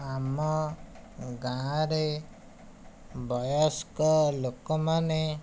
ଆମ ଗାଁ ରେ ବୟସ୍କ ଲୋକମାନେ